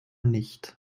nicht